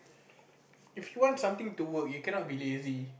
if you want something to work you cannot be lazy